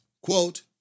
quote